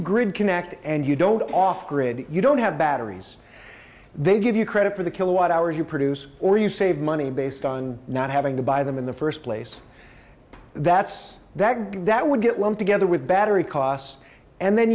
grid connect and you don't offer it you don't have batteries they give you credit for the kilowatt hours you produce or you save money based on not having to buy them in the first place that's that big that would get lumped together with battery costs and then